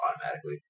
automatically